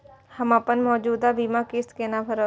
हम अपन मौजूद बीमा किस्त केना भरब?